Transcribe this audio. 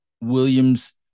williams